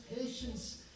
patience